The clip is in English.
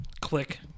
Click